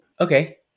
Okay